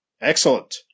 Excellent